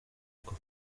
uku